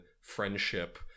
friendship